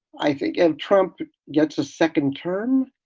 i think and trump gets a second term.